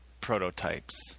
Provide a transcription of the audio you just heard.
prototypes